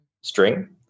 string